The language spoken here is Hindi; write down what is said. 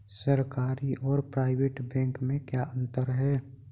सरकारी और प्राइवेट बैंक में क्या अंतर है?